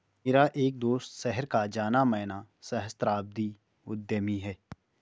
मेरा एक दोस्त शहर का जाना माना सहस्त्राब्दी उद्यमी है